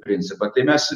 principą tai mes